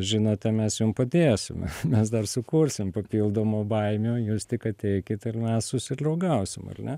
žinote mes jum padėsime mes dar sukursim papildomų baimių jūs tik ateikit ir mes susidliaugausim ar ne